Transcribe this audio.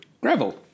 Gravel